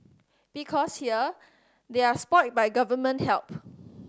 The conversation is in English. because here they are spoilt by government help